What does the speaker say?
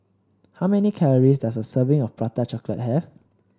how many calories does a serving of Prata Chocolate have